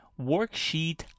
Worksheet